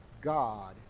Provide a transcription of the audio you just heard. God